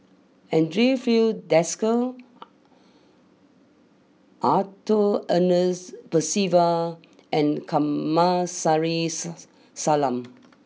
Andre Filipe Desker Arthur Ernest Percival and Kamsari's Salam